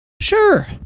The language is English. Sure